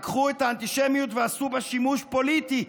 לקחו את האנטישמיות ועשו בה שימוש פוליטי.